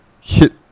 hit